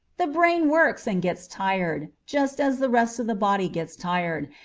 the brain works and gets tired, just as the rest of the body gets tired,